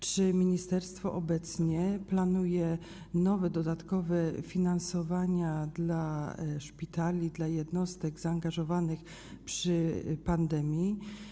Czy ministerstwo obecnie planuje nowe, dodatkowe finansowania dla szpitali, dla jednostek zaangażowanych w okresie pandemii?